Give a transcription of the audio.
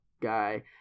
guy